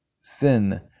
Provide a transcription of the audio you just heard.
sin